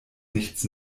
nichts